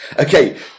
Okay